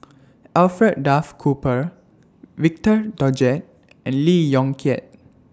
Alfred Duff Cooper Victor Doggett and Lee Yong Kiat